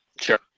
Sure